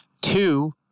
Two